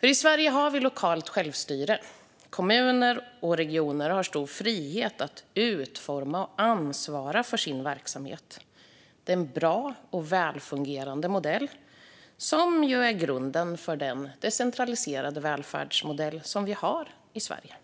I Sverige har vi lokalt självstyre. Kommuner och regioner har stor frihet att utforma och ansvara för sin verksamhet. Det är en bra och välfungerande modell som är grunden för den decentraliserade välfärd som vi har i Sverige.